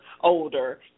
older